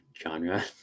genre